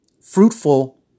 fruitful